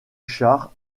char